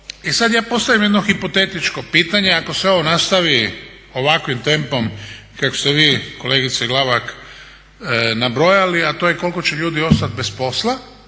I sada ja postavljam jedno hipotetičko pitanje, ako se ovo nastavi ovakvim tempom kako ste vi kolegice Glavak nabrojali, a to je koliko će ljudi ostati bez posla,